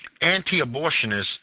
anti-abortionists